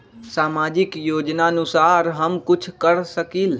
सामाजिक योजनानुसार हम कुछ कर सकील?